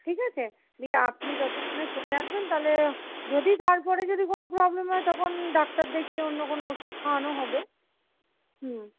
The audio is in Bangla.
ঠিক আছে দিয়ে আপনি ততক্ষণে চলে আসবেন তাহলে যদি তারপরে যদি কোন প্রবলেম হয় তখন ডাক্তার দেখিয়ে অন্য কোন ওষুধ খাওয়ানো হবে হুম